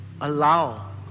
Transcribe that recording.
allow